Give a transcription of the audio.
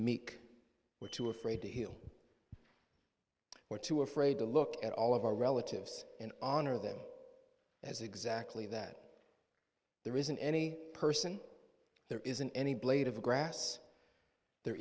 meek we're too afraid to heal we're too afraid to look at all of our relatives and honor them as exactly that there isn't any person there isn't any blade of grass there